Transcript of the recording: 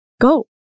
Go